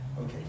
Okay